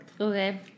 Okay